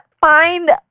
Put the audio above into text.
find